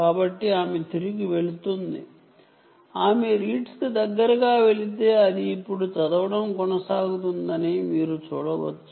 కాబట్టి ఆమె తిరిగి వెళుతుంది ఆమె రీడ్స్కి దగ్గరగా వెళితే అది ఇప్పుడు చదవడం కొనసాగుతుందని మీరు చూడవచ్చు